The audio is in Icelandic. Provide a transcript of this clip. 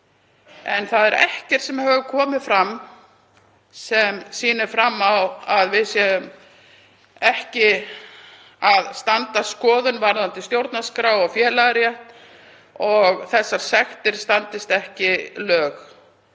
En það er ekkert sem hefur komið fram sem sýnir fram á að málið standist ekki skoðun varðandi stjórnarskrá og félagarétt og þessar sektir standist ekki lög.